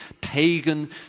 pagan